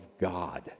God